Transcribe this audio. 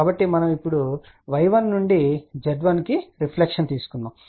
కాబట్టి మనము ఇప్పుడు y1 నుండి z1 కి రిఫ్లెక్షన్ తీసుకున్నాము